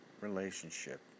relationship